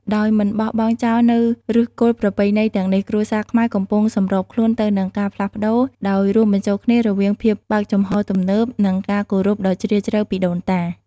ដោយមិនបោះបង់ចោលនូវឫសគល់ប្រពៃណីទាំងនេះ គ្រួសារខ្មែរកំពុងសម្របខ្លួនទៅនឹងការផ្លាស់ប្តូរ ដោយរួមបញ្ចូលគ្នារវាងភាពបើកចំហរទំនើប និងការគោរពដ៏ជ្រាលជ្រៅពីដូនតា។